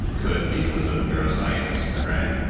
could because of neuroscience, right?